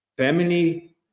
Family